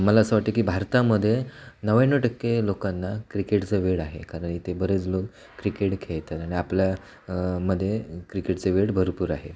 मला असं वाटतं की भारतामध्ये नव्याण्णव टक्के लोकांना क्रिकेटचं वेड आहे कारण इथे बरेच लोक क्रिकेट खेळतात आणि आपल्या मध्ये क्रिकेटचे वेड भरपूर आहे